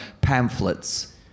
pamphlets